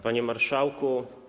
Panie Marszałku!